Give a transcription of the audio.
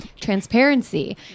Transparency